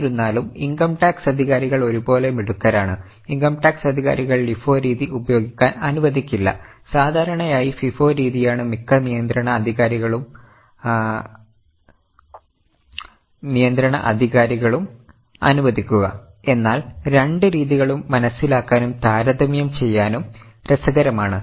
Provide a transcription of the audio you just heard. എന്നിരുന്നാലും income tax അധികാരികൾ ഒരുപോലെ മിടുക്കരാണ് ഇൻകം ടാക്സ് അധികാരികൾ LIFO രീതി ഉപയോഗിക്കാൻ അനുവദിക്കില്ല സാധാരണയായി FIFO രീതിയാണ് മിക്ക നിയന്ത്രണ അധികാരികളും അനുവദിക്കുക എന്നാൽ രണ്ട് രീതികളും മനസ്സിലാക്കാനും താരതമ്യം ചെയ്യാനും രസകരമാണ്